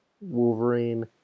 Wolverine